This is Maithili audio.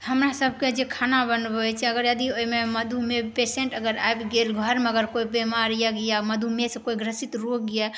हमरा सबके जे खाना बनबै छै अगर यदि ओहिमे मधुमेह पेशेन्ट अगर आबि गेल घरमे अगर कोइ बिमारी आर या मधुमेह से कोइ ग्रसित रोग यऽ